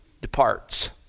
departs